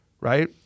right